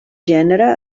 gènere